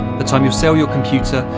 the time you sell your computer,